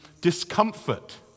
discomfort